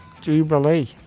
Jubilee